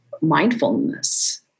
mindfulness